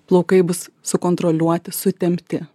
plaukai bus sukontroliuoti sutempti